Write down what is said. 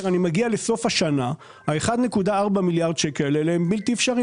אני מגיע לסוף השנה ה-1.4 מיליארד שקל האלה הם בלתי אפשריים.